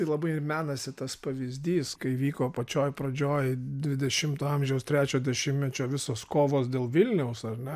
labai ir menasi tas pavyzdys kai vyko pačioj pradžioj dvidešimto amžiaus trečio dešimtmečio visos kovos dėl vilniaus ar ne